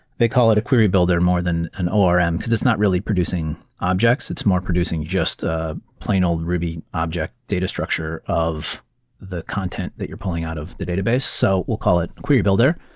they call it a query builder more than an or, and because it's not really producing objects. it's more producing just ah plain old ruby object data structure of the content that you're pulling out of the database. so we'll call it a query builder.